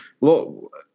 look